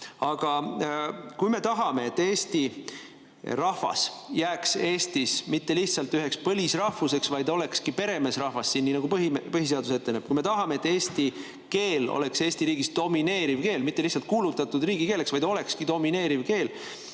kui me tahame, et eesti rahvas ei jääks Eestis mitte lihtsalt põlisrahvaks, vaid olekski peremeesrahvas siin, nii nagu põhiseadus ette näeb, kui me tahame, et eesti keel oleks Eesti riigis domineeriv keel, mitte lihtsalt kuulutatud riigikeeleks, vaid olekski domineeriv keel,